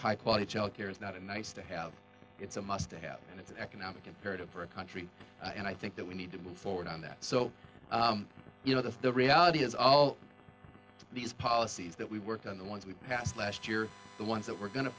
high quality child care is not a nice to have it's a must to have and it's an economic imperative for a country and i think that we need to move forward on that so you know that's the reality is all these policies that we worked on the ones we passed last year the ones that we're going to